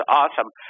awesome